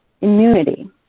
immunity